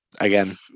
again